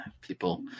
People